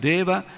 Deva